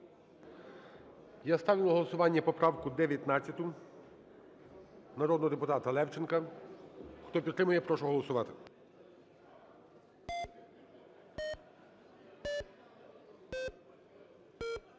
Я ставлю на голосування поправку 19 народного депутата Левченка. Хто підтримує, прошу голосувати.